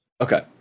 Okay